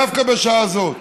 דווקא בשעה הזאת,